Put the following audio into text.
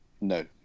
No